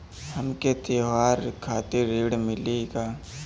हमके त्योहार खातिर ऋण मिली का?